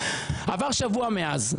עבר שבוע מאז.